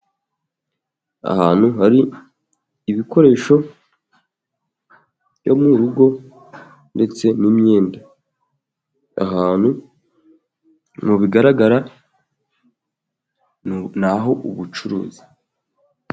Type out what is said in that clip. Ahantu hari ibikoresho byo mu rugo ndetse n'imyenda, aha hantu mu bigaragara n'aho ubucuruzi.